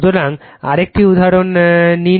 সুতরাং আরেকটি উদাহরণ নিন